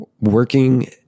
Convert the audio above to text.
working